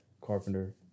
carpenter